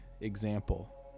example